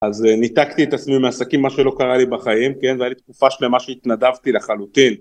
אז ניתקתי את עצמי מעסקים, מה שלא קרה לי בחיים, כן, והייתה לי תקופה שלמה שהתנדבתי לחלוטין.